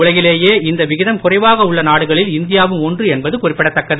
உலகிலேயேஇந்தவிகிதம்குறைவாகஉள்ளநாடுகளில்இந்தியாவும்ஒன்றுஎ ன்பதுகுறிப்பிடத்தக்கது